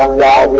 ah la